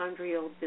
mitochondrial